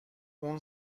اون